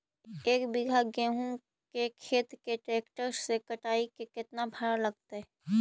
एक बिघा गेहूं के खेत के ट्रैक्टर से कटाई के केतना भाड़ा लगतै?